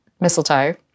mistletoe